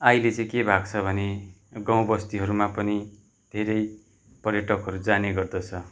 अहिले के भएको छ भने गाउँ बस्तीहरूमा पनि धेरै पर्यटकहरू जाने गर्दछ